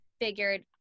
figured